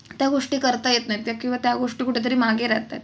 त्या गोष्टी करता येत नाहीत त्या किवा त्या गोष्टी कुठेतरी मागे राहत आहेत